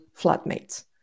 flatmates